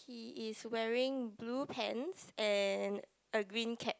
it is wearing blue pants and a green cap